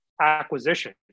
acquisition